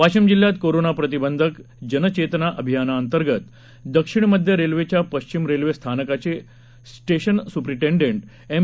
वाशिम जिल्ह्यात कोरोना प्रतिबंध जन चेतना अभियानांतर्गत दक्षिण मध्य रेल्वेच्या वाशिम रेल्वे स्थानकाचे स्टेशन सुपरिटेडेंट एम